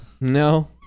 no